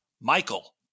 Michael